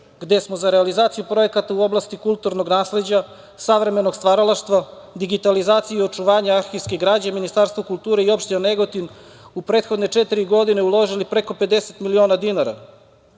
gde smo za realizaciju projekata u oblasti kulturnog nasleđa savremenog stvaralaštva, digitalizaciju i očuvanje arhivske građe, Ministarstvo kulture i opština Negotin u prethodne četiri godine uložili preko 50 miliona dinara